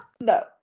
no